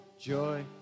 joy